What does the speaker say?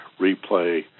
replay